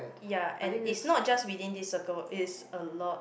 ya and it's not just within this circle it's a lot